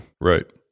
Right